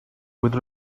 with